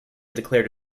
declared